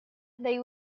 they